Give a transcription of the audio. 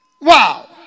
Wow